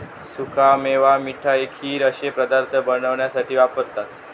सुका मेवा मिठाई, खीर अश्ये पदार्थ बनवण्यासाठी वापरतत